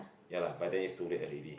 ya lah by then it's too late already